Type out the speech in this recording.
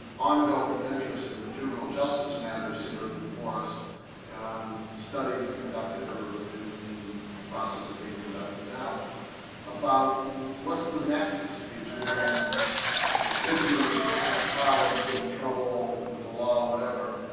ongoing interest in juvenile justice matters here before us and studies conducted or in in the process of being conducted now about what's the nexus between you know kids who have problems, get in trouble with the law, whatever,